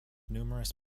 numerous